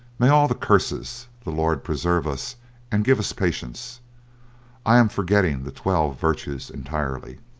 may all the curses the lord preserve us and give us patience i am forgetting the twelve virtues entirely.